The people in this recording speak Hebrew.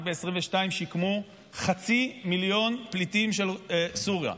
רק ב-2022 שיקמו חצי מיליון פליטים סורים.